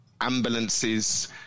ambulances